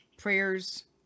prayers